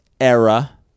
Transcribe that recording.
era